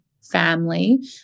family